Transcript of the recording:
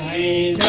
a